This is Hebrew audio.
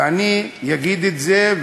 ואני אגיד את זה,